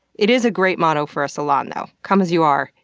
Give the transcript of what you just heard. it is a great motto for a salon though. come as you are,